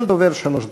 כל דובר, שלוש דקות.